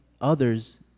others